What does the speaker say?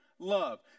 love